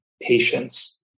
patience